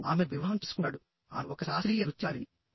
అతను ఆమెను వివాహం చేసుకుంటాడు ఆమె ఒక శాస్త్రీయ నృత్యకారిణి